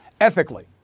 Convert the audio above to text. ethically